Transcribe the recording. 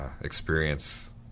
Experience